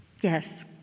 Yes